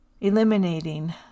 eliminating